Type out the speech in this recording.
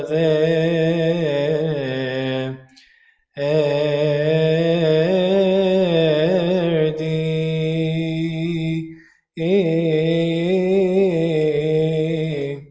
a um a a a